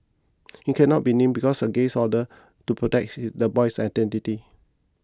he cannot be named because of a gag order to protect the boy's identity